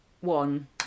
one